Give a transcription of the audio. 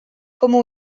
como